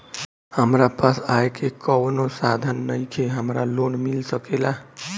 हमरा पास आय के कवनो साधन नईखे हमरा लोन मिल सकेला?